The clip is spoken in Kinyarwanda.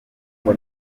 ngo